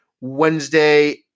Wednesday